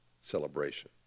celebration